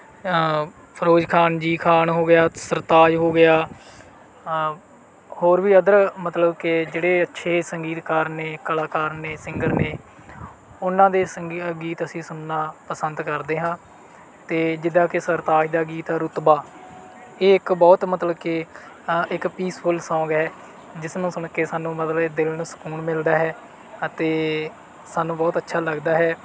ਫਿਰੋਜ਼ ਖਾਨ ਜੀ ਖਾਨ ਹੋ ਗਿਆ ਸਰਤਾਜ ਹੋ ਗਿਆ ਅ ਹੋਰ ਵੀ ਇੱਧਰ ਮਤਲਬ ਕਿ ਜਿਹੜੇ ਅੱਛੇ ਸੰਗੀਤਕਾਰ ਨੇ ਕਲਾਕਾਰ ਨੇ ਸਿੰਗਰ ਨੇ ਉਹਨਾਂ ਦੇ ਸੰਗੀ ਗੀਤ ਅਸੀਂ ਸੁਣਨਾ ਪਸੰਦ ਕਰਦੇ ਹਾਂ ਅਤੇ ਜਿੱਦਾਂ ਕਿ ਸਰਤਾਜ ਦਾ ਗੀਤ ਰੁਤਬਾ ਇਹ ਇੱਕ ਬਹੁਤ ਮਤਲਬ ਕਿ ਅ ਇੱਕ ਪੀਸਫੁਲ ਸੌਂਗ ਹੈ ਜਿਸ ਨੂੰ ਸੁਣ ਕੇ ਸਾਨੂੰ ਮਤਲਬ ਦਿਲ ਨੂੰ ਸਕੂਨ ਮਿਲਦਾ ਹੈ ਅਤੇ ਸਾਨੂੰ ਬਹੁਤ ਅੱਛਾ ਲੱਗਦਾ ਹੈ